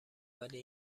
ولی